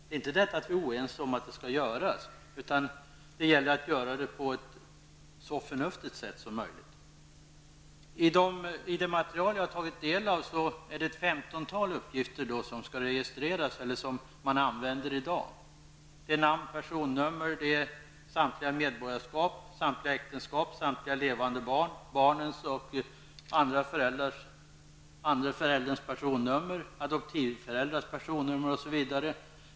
Vi är inte oense om att det skall göras, utan det gäller att göra det på ett så förnuftigt sätt som möjligt. I det materiel som jag har tagit del av är det ett femtontal uppgifter som skall registeras och som man använder i dag. Det är namn, personummer, samtliga medborgarskap, samtliga äktenskap, samtliga levande barn, barnens och den andra förälderns personummer, adoptivföräldrars personummer, osv.